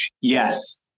Yes